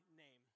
name